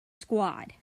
squad